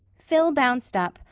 phil bounced up,